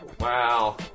Wow